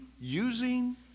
using